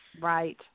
Right